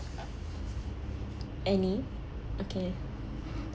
any okay